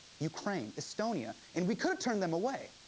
ukraine, estonia and we could've turned them away.